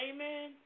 Amen